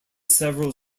several